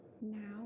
now